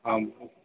हाँ